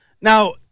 Now